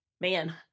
man